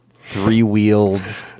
three-wheeled